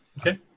Okay